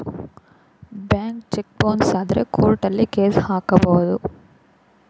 bank cheque bounce ಆದ್ರೆ ಕೋರ್ಟಲ್ಲಿ case ಹಾಕಬಹುದು